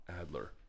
Adler